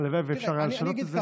הלוואי שאפשר היה לשנות את זה.